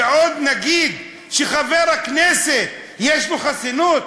ועוד נגיד שחבר הכנסת, יש לו חסינות?